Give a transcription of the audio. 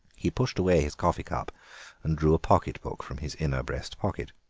he pushed away his coffee cup and drew a pocket-book from his inner breast-pocket.